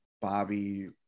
Bobby